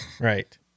right